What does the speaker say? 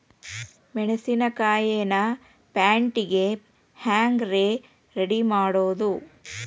ಮೆಣಸಿನಕಾಯಿನ ಪ್ಯಾಟಿಗೆ ಹ್ಯಾಂಗ್ ರೇ ರೆಡಿಮಾಡೋದು?